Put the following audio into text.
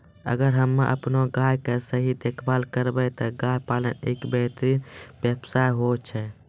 अगर हमॅ आपनो गाय के सही देखभाल करबै त गाय पालन एक बेहतरीन व्यवसाय होय छै